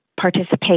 participate